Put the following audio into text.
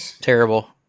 Terrible